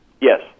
Yes